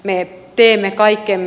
me teemme kaikkemme